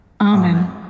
Amen